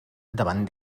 davant